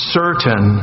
certain